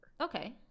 okay